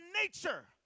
nature